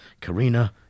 Karina